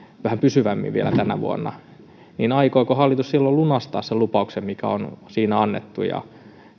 vähän pysyvämmin vielä tänä vuonna aikooko hallitus silloin lunastaa sen lupauksen mikä on annettu ja